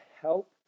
help